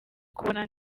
kubona